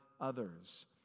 others